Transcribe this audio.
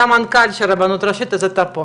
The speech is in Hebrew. אתה המנכ"ל של הרבנות הראשית אז אתה פה,